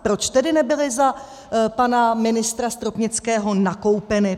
Proč tedy nebyly za pana ministra Stropnického nakoupeny?